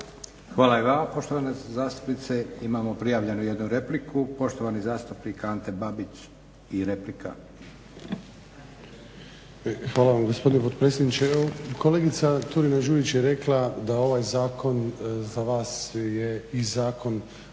Hvala i vama poštovana zastupnice. Imamo prijavljenu jednu repliku. Poštovani zastupnik Ante Babić i replika. **Babić, Ante (HDZ)** Hvala vam gospodine potpredsjedniče. Evo kolegica Turina-Đurić je rekla da ovaj zakon za vas je i zakon,